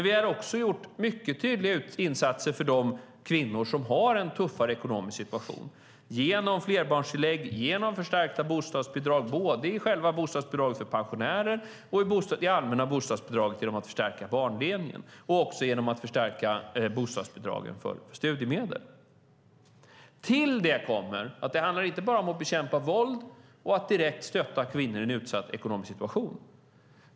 Vi har också gjort mycket tydliga insatser för de kvinnor som har en tuffare ekonomisk situation genom flerbarnstillägg, genom förstärkta bostadsbidrag, både i själva bostadsbidraget för pensionärer och i det allmänna bostadsbidraget, genom att förstärka barndelen och också genom att förstärka bostadsbidraget för studiemedel. Det handlar inte bara om att bekämpa våld och att direkt stötta kvinnor i en utsatt ekonomisk situation.